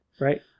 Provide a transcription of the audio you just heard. Right